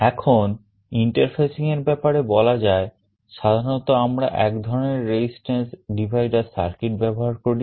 এখন interfacing এর ব্যাপারে বলা যায় সাধারণত আমরা এক ধরনের resistance divider circuit ব্যবহার করি